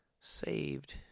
saved